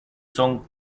son